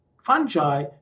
fungi